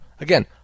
Again